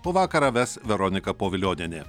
o vakarą ves veronika povilionienė